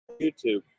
YouTube